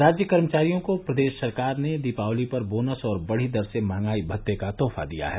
राज्य कर्मचारियों को प्रदेश सरकार ने दीपावली पर बोनस और बढ़ी दर से महंगाई भत्ते का तोहफा दिया है